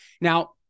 Now